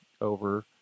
over